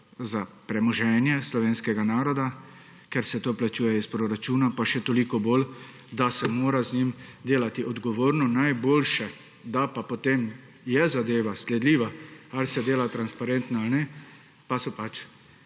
za premoženje slovenskega naroda, ker se to plačuje iz proračuna pa še toliko bolj, da se mora z njim delati odgovorno, najboljše, da pa, potem je zadeva sledljiva ali se dela transparentno ali ne pa so pač